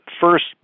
first